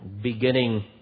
beginning